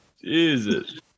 Jesus